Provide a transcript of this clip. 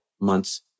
months